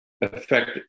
affect